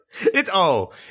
It's—oh